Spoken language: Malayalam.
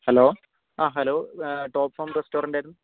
ഹലോ ആ ഹലോ ടോപ്പ് ഫോം റെസ്റ്റോറൻറ്റായിരുന്നു